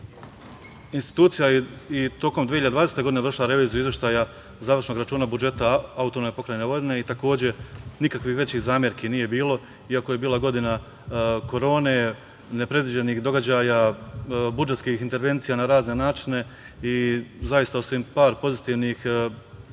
kojeg. Institucija i tokom 2020. godine vršila je reviziju izveštaja završnog računa budžeta AP Vojvodine i takođe nikakvih većih zamerki nije bilo, iako je bila godina korone, nepredviđenih događaja, budžetskih intervencija na razne načine i zaista osim par pozitivnih sugestija